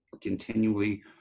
continually